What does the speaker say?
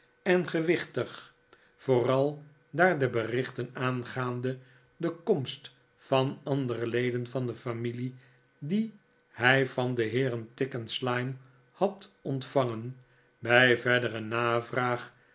en gewichtig vooral daar de berichten aangaande de komst van andere leden van de familie die hij van de heeren tigg en slyme had ontvangen bij verdere navraag